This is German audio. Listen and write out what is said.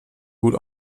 gut